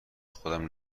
خودم